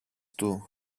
του